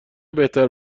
بهتر